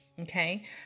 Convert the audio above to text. okay